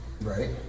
Right